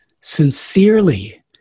sincerely